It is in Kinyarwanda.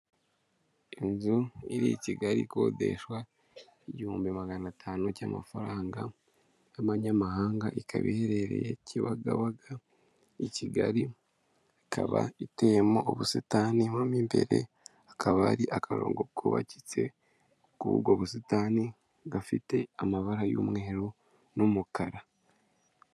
Inzu iri i kigali ikodeshwa 1500 cy'amafaranga y'amanyamahanga ikaba iherereye kibagabaga i kigali ikaba iteyemo ubusitani mo imbere akaba ari akarongo iparitse kuri ubwo busitani gafite amabara y'umweru n'umukara.